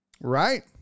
right